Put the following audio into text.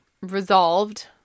resolved